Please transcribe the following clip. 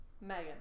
Megan